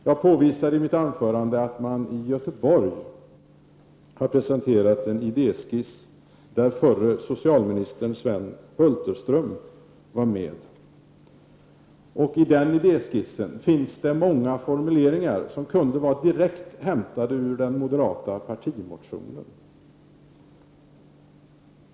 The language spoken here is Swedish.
Jag påvisade i mitt anförande att man i Göteborg har presenterat en idé skiss, som bl.a. förre socialministern Sven Hulterström varit med om att utarbeta. I den idéskissen finns många formuleringar som kunde vara direkt hämtade ur den moderata partimotionen.